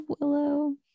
Willow